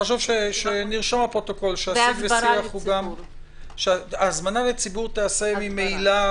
חשוב שנרשום בפרוטוקול שההזמנה לציבור תיעשה ממילא,